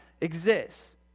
exists